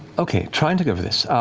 okay, trying to go over this.